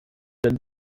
wenn